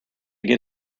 get